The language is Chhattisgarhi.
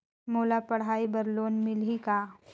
मोला पढ़ाई बर लोन मिलही का?